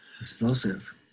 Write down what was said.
Explosive